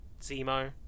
Zemo